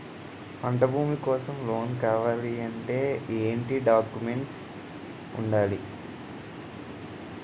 పంట భూమి కోసం లోన్ కావాలి అంటే ఏంటి డాక్యుమెంట్స్ ఉండాలి?